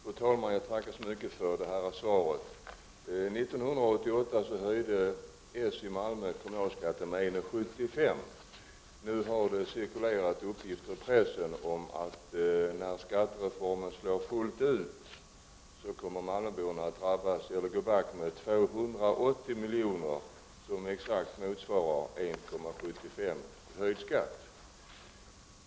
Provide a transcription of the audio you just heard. Fru talman! Jag tackar så mycket för svaret. 1988 höjde socialdemokraterna i Malmö kommunalskatten med 1:75 kr. Nu har det cirkulerat uppgifter i pressen om att malmöborna, när skattereformen slår fullt ut, kommer att gå back med 280 milj.kr. — det motsvarar exakt 1:75 kr. i höjd skatt.